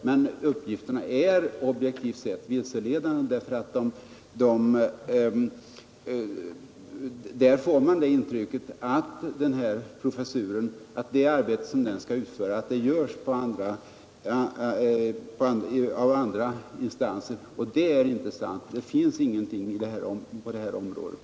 Men uppgifterna är objektivt sett vilseledande, eftersom de ger det intrycket att det arbete som skall utföras inom ramen för denna biträdande professur görs vid andra institutioner, och det är inte sant.